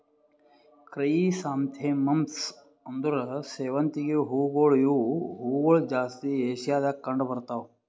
chrysanthemums ಅಂದುರ್ ಸೇವಂತಿಗೆ ಹೂವುಗೊಳ್ ಇವು ಹೂಗೊಳ್ ಜಾಸ್ತಿ ಏಷ್ಯಾದಾಗ್ ಕಂಡ್ ಬರ್ತಾವ್